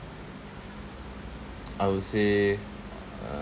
I would say